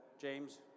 James